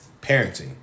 parenting